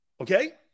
Okay